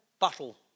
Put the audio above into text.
battle